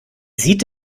sieht